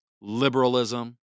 liberalism